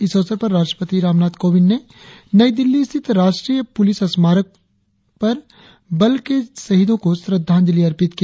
इस अवसर पर राष्ट्रपति रामनाथ कोविंद ने नई दिल्ली स्थित राष्ट्रीय पुलिस स्मारक पर बल के शहीदों को श्रद्दांजलि अर्पित की